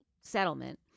settlement